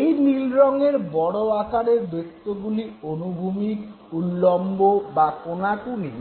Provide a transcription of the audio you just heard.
এই নীলরঙের বড় আকারের বৃত্তগুলি অনুভূমিক উল্লম্ব বা কোণাকুণি